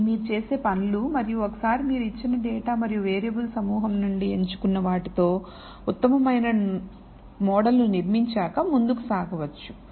ఇవి మీరు చేసే పనులు మరియు ఒకసారి మీరు ఇచ్చిన డేటా మరియు వేరియబుల్ సమూహం నుండి ఎంచుకున్న వాటితో ఉత్తమమైన మోడల్ను నిర్మించాక ముందుకు సాగవచ్చు